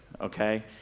okay